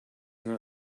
not